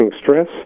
stress